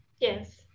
Yes